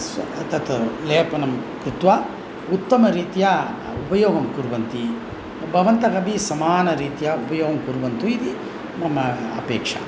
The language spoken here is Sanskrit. स्व तत् लेपनं कृत्वा उत्तमरीत्या उपयोगं कुर्वन्ति भवन्तः अपि समानरीत्या उपयोगं कुर्वन्तु इति मम अपेक्षा